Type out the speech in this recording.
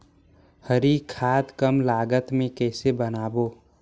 हरी खाद कम लागत मे कइसे बनाबो?